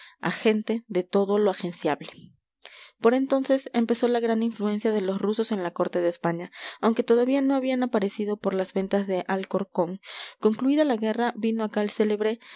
i agente de todo lo agenciable por entonces empezó la gran influencia de los rusos en la corte de españa aunque todavía no habían aparecido por las ventas de alcorcón concluida la guerra vino acá el célebre